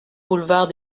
boulevard